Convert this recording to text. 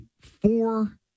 four